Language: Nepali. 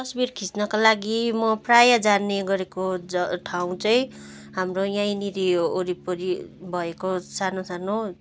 तस्बिर खिच्नका लागि म प्रायः जाने गरेको ज ठाउँ चाहिँ हाम्रो यहाँनेरि वरिपरि भएको सानो सानो